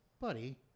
buddy